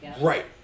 Right